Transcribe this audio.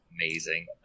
Amazing